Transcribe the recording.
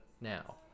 now